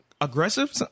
aggressive